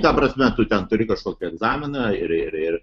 ta prasme tu ten turi kažkokį egzaminą ir ir ir